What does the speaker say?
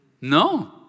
No